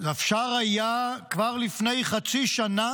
שאפשר היה כבר לפני חצי שנה